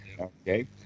Okay